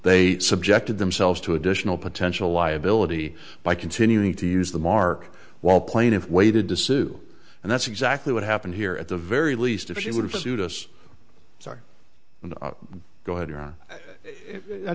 they subjected themselves to additional potential liability by continuing to use the mark while plaintiff waited to sue and that's exactly what happened here at the very least if she would have sued us sorry go ahead